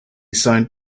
signed